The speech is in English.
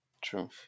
True